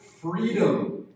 freedom